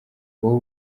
wowe